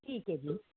ਠੀਕ ਹੈ ਜੀ